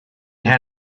had